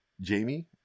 Jamie